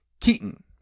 Keaton